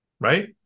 right